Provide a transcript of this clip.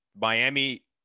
Miami